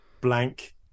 Blank